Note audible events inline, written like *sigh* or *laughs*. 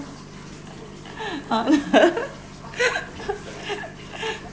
*laughs*